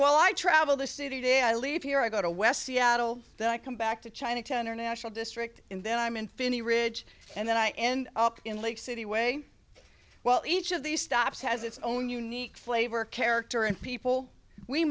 well i travel the city day i leave here i go to west seattle then i come back to chinatown or national district in then i'm in finney ridge and then i end up in lake city way well each of these stops has its own unique flavor character and people we